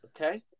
Okay